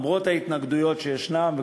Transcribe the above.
למרות ההתנגדויות שישנן,